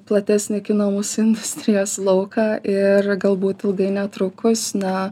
platesnį kino mūsų industrijos lauką ir galbūt ilgai netrukus na